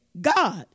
God